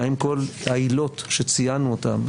האם כל העילות שציינו אותם,